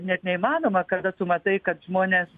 net neįmanoma kada tu matai kad žmonės